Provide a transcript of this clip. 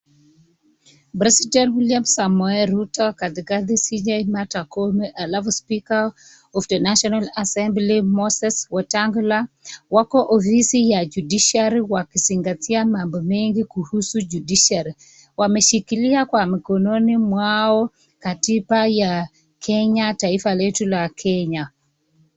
President William Samoei Ruto katikati CJ Martha Koome halafu speaker of the national assembly, Moses Wetangula wako ofisi ya judiciary wakizingatia mambo mengi kuhusu judiciary . Wameshikilia kwa mikononi mwao katiba ya Kenya taifa letu la Kenya.